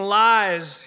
lies